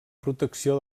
protecció